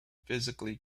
physically